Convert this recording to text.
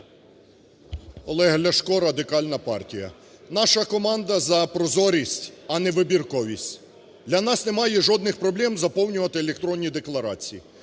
Олег Ляшко, Радикальна партія. Наша команда за прозорість, а не вибірковість. Для нас немає жодних проблем заповнювати електронні декларації,